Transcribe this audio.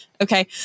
okay